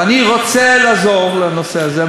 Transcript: ואני רוצה לעזור לנושא הזה,